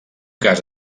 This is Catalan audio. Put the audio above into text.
cas